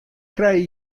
krije